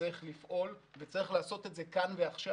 צריך לפעול וצריך לעשות את זה כאן ועכשיו